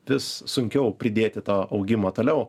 vis sunkiau pridėti tą augimą toliau